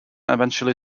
eventually